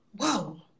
whoa